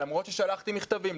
למרות ששלחתי מכתבים,